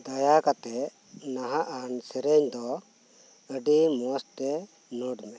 ᱫᱟᱭᱟ ᱠᱟᱛᱮᱫ ᱱᱟᱦᱟᱜᱟᱱ ᱥᱮᱨᱮᱧ ᱫᱚ ᱟᱹᱰᱤ ᱢᱚᱡᱽᱛᱮ ᱱᱳᱴ ᱢᱮ